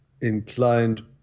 inclined